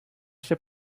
ser